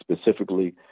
specifically